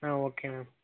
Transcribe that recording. ah okay ma'am